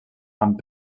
amb